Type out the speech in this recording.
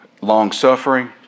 long-suffering